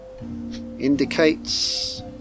indicates